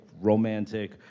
romantic